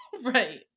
right